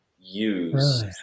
use